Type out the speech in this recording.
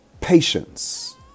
patience